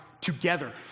together